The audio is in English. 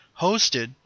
hosted